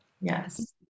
yes